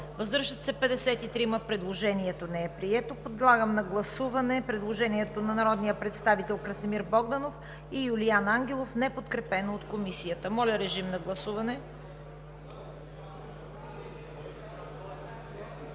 въздържали се 53. Предложението не е прието. Подлагам на гласуване предложението на народните представители Красимир Богданов и Юлиан Ангелов, неподкепено от Комисията. Гласували